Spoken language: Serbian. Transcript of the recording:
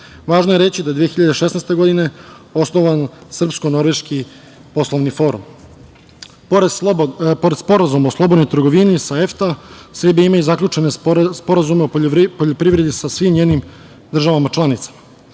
je reći da je 2016. godine osnovano Srpsko – Norveški poslovni forum. Pored Sporazuma o slobodnoj trgovini sa EFTA, Srbija ima i zaključene sporazume o poljoprivredi sa svim njenim državama članicama. Srbija